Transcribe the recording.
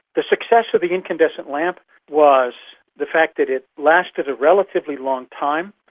the success of the incandescent lamp was the fact that it lasted a relatively long time,